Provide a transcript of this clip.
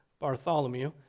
Bartholomew